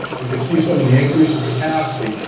we could see some of the increase in capacity,